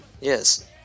Yes